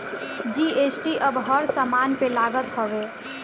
GST अब हर समान पे लागत हवे